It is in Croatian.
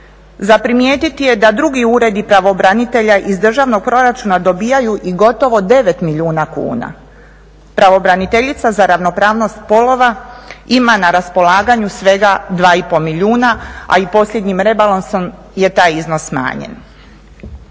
Za primijetiti je da drugi uredi pravobranitelja iz državnog proračuna dobivaju i gotovo 9 milijuna kuna. Pravobraniteljica za ravnopravnost spolova ima na raspolaganju svega 2,5 milijuna a i posljednjim rebalansom je taj iznos smanjen.